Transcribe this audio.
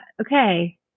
Okay